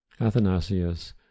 Athanasius